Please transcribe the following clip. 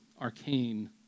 arcane